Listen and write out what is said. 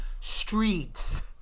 streets